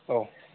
औ